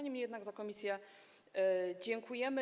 Niemniej jednak za komisję dziękujemy.